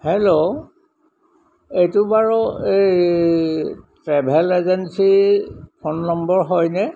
hello এইটো বাৰু এই ট্ৰেভেল এজেঞ্চিৰ ফোন নম্বৰ হয়নে